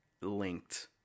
linked